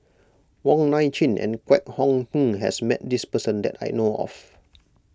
Wong Nai Chin and Kwek Hong Png has met this person that I know of